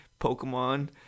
Pokemon